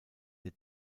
der